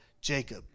Jacob